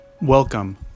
Welcome